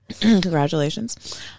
congratulations